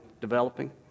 developing